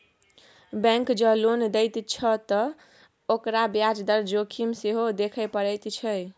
bank जँ loan दैत छै त ओकरा ब्याज दर जोखिम सेहो देखय पड़ैत छै